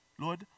Lord